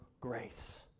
grace